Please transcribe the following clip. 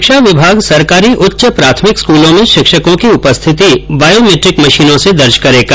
शिक्षा विमाग सरकारी उच्च प्राथमिक स्कूलों में शिक्षकों की उपस्थिति बायोमेट्रिक मशीनों से दर्ज करेगा